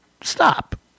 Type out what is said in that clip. stop